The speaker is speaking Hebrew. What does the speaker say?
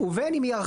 אני אומר דבר